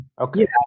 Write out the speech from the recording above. Okay